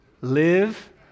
live